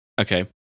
Okay